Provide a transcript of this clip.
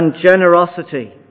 generosity